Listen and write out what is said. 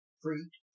fruit